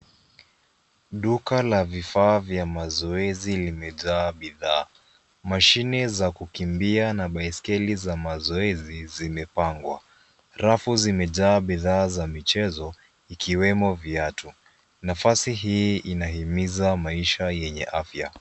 Duka la vifaa vya mazoezi limejaa bidhaa. Mashini za kukumbia na baiskeli za mazoezi zimepangwa. Rafu zimejaa bidhaa za michezo ikiwemo viatu. Nafasi hii inahimiza maisha yenye afya.